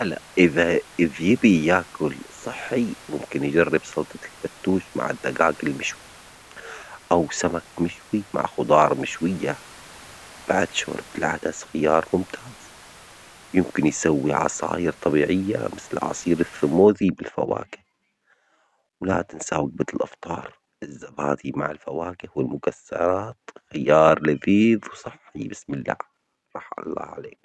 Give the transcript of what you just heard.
هلأ إذا إذ يبي ياكل صحي ممكن يجرب سلطة الفتوش مع الدجاج المشوي أو سمك مشوي مع خضار مشوية، بعد شرب العدس خيار ممتاز، يمكن يسوي عصاير طبيعية مثل عصير السموزي بالفواكه، ولا تنسى وجبة الإفطار، الزبادي مع الفواكه والمكسرات خيار لذيذ وصحي بسم الله، رح الله عليك.